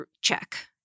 check